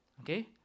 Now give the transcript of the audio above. Okay